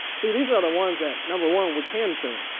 see, these other ones that number one, we can print,